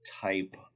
type